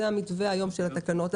זה המתווה היום של התקנות.